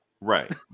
right